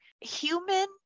human